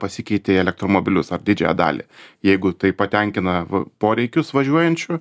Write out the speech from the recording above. pasikeitė į elektromobilius ar didžiąją dalį jeigu tai patenkina poreikius važiuojančių